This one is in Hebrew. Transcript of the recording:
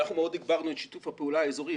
אנחנו מאוד הגברנו את שיתוף הפעולה האזורי.